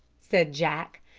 said jack.